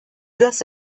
das